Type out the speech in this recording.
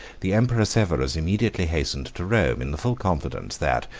the emperor severus immediately hastened to rome, in the full confidence, that,